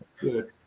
good